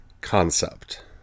concept